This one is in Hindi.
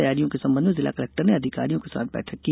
तैयारियों के संबंध में जिला कलेक्टर ने अधिकारियों के साथ बैठक की